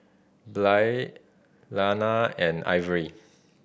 Blair Lana and Ivory